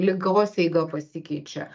ligos eiga pasikeičia